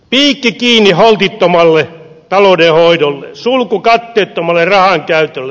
piikki kiinni holtittomalle taloudenhoidolle sulku katteettomalle rahankäytölle